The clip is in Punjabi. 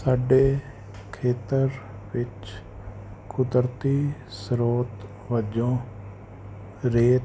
ਸਾਡੇ ਖੇਤਰ ਵਿੱਚ ਕੁਦਰਤੀ ਸਰੋਤ ਵਜੋਂ ਰੇਤ